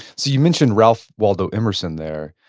so you mentioned ralph waldo emerson there.